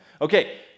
okay